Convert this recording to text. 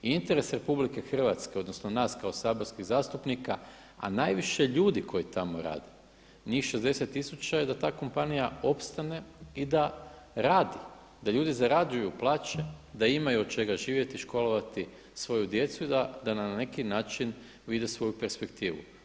I interes Republike Hrvatske, odnosno nas kao saborskih zastupnika, a najviše ljudi koji tamo rade, njih 60000 je da ta kompanija opstane i da radi, da ljudi zarađuju plaće, da imaju od čega živjeti i školovati svoju djecu i da na neki način vide svoju perspektivu.